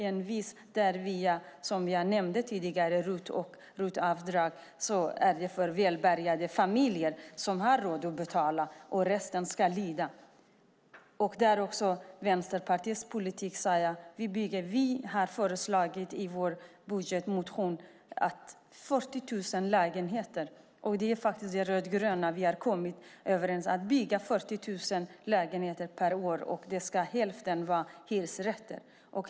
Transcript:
Era RUT och ROT-avdrag gynnar välbärgade familjer som har råd att betala. Resten får lida. Vi rödgröna har föreslagit att det ska byggas 40 000 lägenheter per år. Hälften ska vara hyresrätter så att familjerna har någonstans att bo.